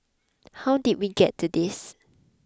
how did we get to this